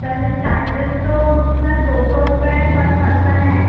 sir charges तो sir दो सौ रुपये पर पर्सन है